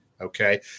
Okay